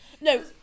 no